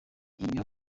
iyo